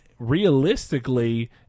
realistically